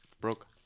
broke